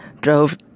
drove